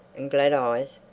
and glad-eyes,